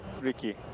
Ricky